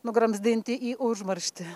nugramzdinti į užmarštį